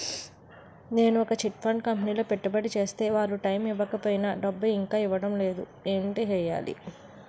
నేను ఒక chit fund కంపెనీలో పెట్టుబడి చేస్తే వారు టైమ్ ఇవ్వకపోయినా డబ్బు ఇంకా ఇవ్వడం లేదు ఏంటి చేయాలి?